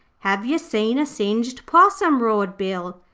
have yer seen a singed possum roared bill.